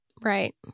Right